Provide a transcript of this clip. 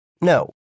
No